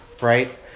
right